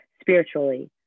spiritually